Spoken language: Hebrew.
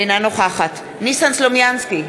אינה נוכחת ניסן סלומינסקי,